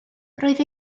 roedd